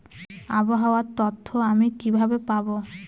আবহাওয়ার তথ্য আমি কিভাবে পাবো?